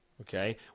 Okay